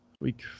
Week